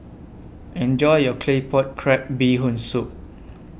Enjoy your Claypot Crab Bee Hoon Soup